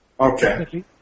Okay